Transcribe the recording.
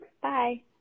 Bye